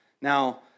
Now